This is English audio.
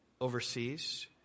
overseas